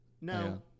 No